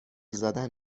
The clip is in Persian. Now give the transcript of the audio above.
زدن